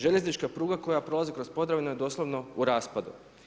Željeznička pruga koja prolazi kroz Podravinu je doslovno u raspadu.